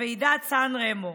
בוועידת סן רמו.